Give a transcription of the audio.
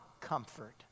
comfort